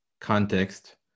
context